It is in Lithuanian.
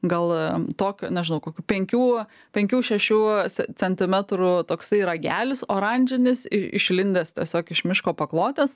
gal tokio nežinau kokių penkių penkių šešių centimetrų toksai ragelis oranžinis iš išlindęs tiesiog iš miško paklotės